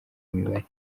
mibare